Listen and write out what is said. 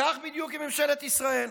כך בדיוק היא ממשלת ישראל,